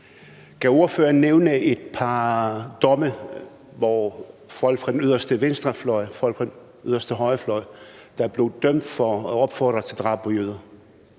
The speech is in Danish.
Kan ordføreren nævne et par domme, hvor folk fra den yderste venstrefløj og folk fra den yderste højrefløj er blevet dømt for at opfordre til drab på jøder?